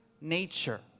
nature